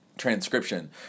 transcription